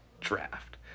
draft